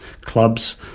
clubs